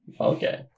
Okay